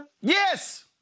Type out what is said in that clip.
Yes